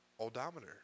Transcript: odometer